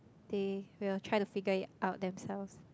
they will try to figure it out themselves